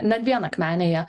ne vien akmenėje